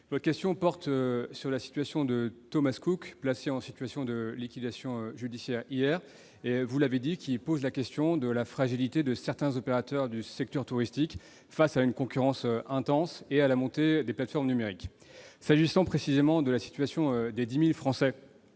votre question porte sur la situation de Thomas Cook, placé hier en situation de liquidation judiciaire. Comme vous l'avez dit, cette affaire pose le problème de la fragilité de certains opérateurs du secteur touristique face à une concurrence intense et à la montée des plateformes numériques. S'agissant précisément de la situation des 10 000 Français